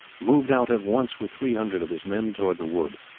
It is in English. moved out at once with three hundred of his men towards the wood.